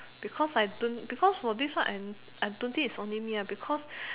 because I don't because for this one I I don't think it's only me because